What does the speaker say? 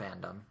fandom